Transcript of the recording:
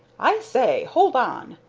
i say! hold on!